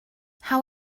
how